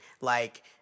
like-